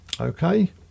Okay